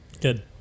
Good